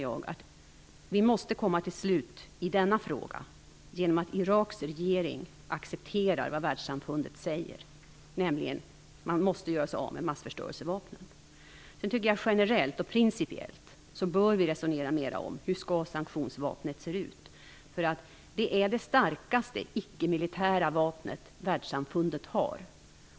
Denna fråga måste komma till ett slut genom att Iraks regering accepterar vad världssamfundet säger, nämligen att man måste göra sig av med massförstörelsevapnen. Generellt och principiellt bör vi resonera mera om hur sanktionsvapnet skall se ut. Det är det starkaste icke-militära vapen som världssamfundet har.